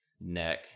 neck